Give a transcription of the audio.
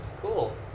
Cool